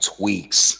Tweaks